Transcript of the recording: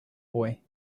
boy